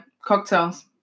cocktails